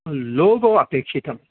logo अपेक्षितम्